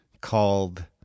called